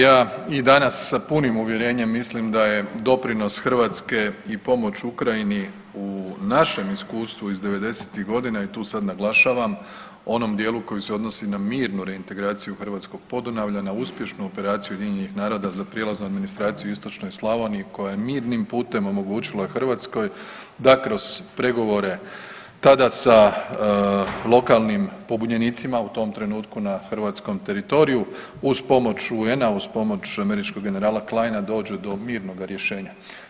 Ja i danas sa punim uvjerenjem mislim da je doprinos Hrvatske i pomoć Ukrajini u našem iskustvu iz '90.-tih godina i tu sad naglašavam u onom dijelu koji se odnosi na mirnu reintegraciju Hrvatskog Podunavlja, na uspješnu operaciju UN-a za prijelaznu administraciju u istočnoj Slavoniji koja je mirnim putem omogućila i Hrvatskoj da kroz pregovore tada sa lokalnim pobunjenicima u tom trenutku na hrvatskom teritoriju uz pomoć UN-a, uz pomoć američkog generala Kleina dođe do mirnoga rješenja.